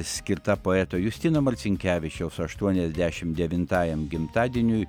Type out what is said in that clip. skirta poeto justino marcinkevičiaus aštuoniasdešimt devintajam gimtadieniui